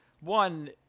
One